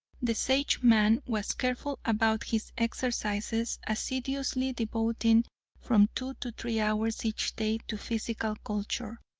the sageman was careful about his exercises, assiduously devoting from two to three hours each day to physical culture.